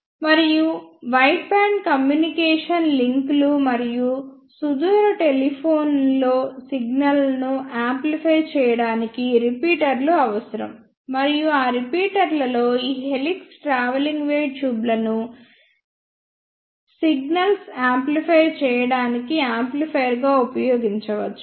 మరియు wideband communication లింక్లు మరియు సుదూర టెలిఫోనీలోసిగ్నల్స్ ను యాంప్లిఫై చేయడానికి రిపీటర్లు అవసరం మరియు ఆ రిపీటర్లలో ఈ హెలిక్స్ ట్రావెలింగ్ వేవ్ ట్యూబ్లను సిగ్నల్స్ యాంప్లిఫై చేయడానికి యాంప్లిఫైయర్ గా ఉపయోగించవచ్చు